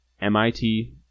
MIT